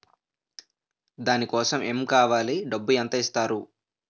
దాని కోసం ఎమ్ కావాలి డబ్బు ఎంత ఇస్తారు?